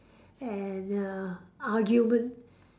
and err argument